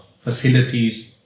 facilities